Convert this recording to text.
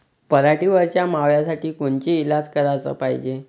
पराटीवरच्या माव्यासाठी कोनचे इलाज कराच पायजे?